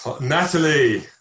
natalie